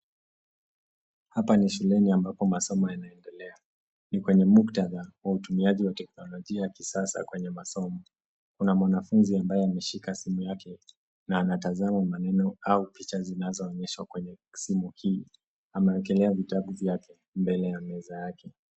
Hapa ni shuleni ambapo masomo yanaendelea .Ni kwenye muktadha wa utumiaji wa kiteknolojia ya kisasa kwenye masomo .Kuna mwanafunzi ambaye ameshika simu yake na anatazama maneno au picha zinazoonyeshwa kwenye simu hii. Amewekelea vitabu vyake mbele ya meza yake.